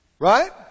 Right